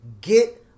get